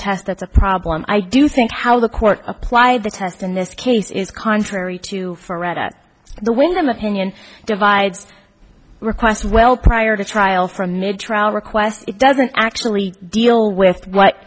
test that's a problem i do think how the court applied the test in this case is contrary to for right at the wyndham opinion divides request well prior to trial from a trial request it doesn't actually deal with what